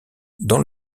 dans